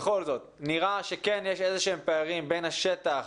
בכל זאת, נראה שיש פערים בין השטח